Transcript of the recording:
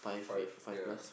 five ya